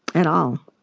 at all.